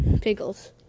pickles